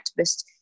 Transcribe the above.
activist